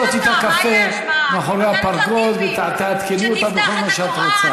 לכי לשתות איתה קפה מאחורי הפרגוד ותעדכני אותה בכל מה שאת רוצה.